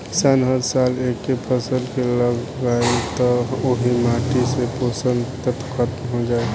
किसान हर साल एके फसल के लगायी त ओह माटी से पोषक तत्व ख़तम हो जाई